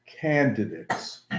candidates